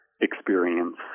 experience